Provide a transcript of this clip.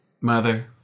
mother